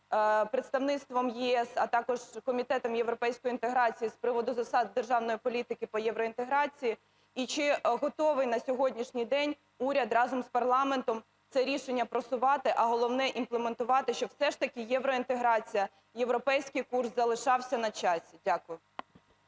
представництвом ЄС, а також Комітетом європейської інтеграції, з приводу засад державної політики по євроінтеграції? І чи готовий на сьогоднішній день уряд разом з парламентом це рішення просувати, а головне - імплементувати, щоб все ж таки євроінтеграція, європейський курс залишався на часі? Дякую.